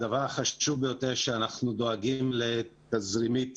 הדבר החשוב ביותר, שאנחנו דואגים תזרימית